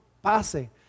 pase